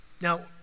Now